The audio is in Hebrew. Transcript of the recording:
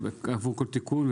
עבור כל תיקון,